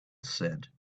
said